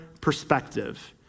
perspective